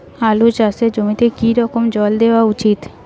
আলু চাষের জমিতে কি রকম জল দেওয়া উচিৎ?